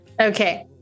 okay